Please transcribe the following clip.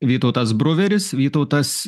vytautas bruveris vytautas